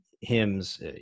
hymns